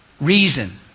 Reason